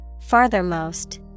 Farthermost